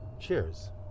Cheers